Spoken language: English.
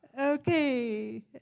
Okay